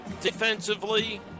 defensively